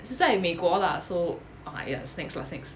是在美国 lah so ah ya snakes lah snakes